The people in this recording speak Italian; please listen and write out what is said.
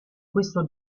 questo